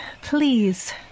Please